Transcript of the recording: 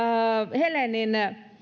helenin